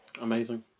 Amazing